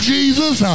Jesus